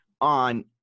on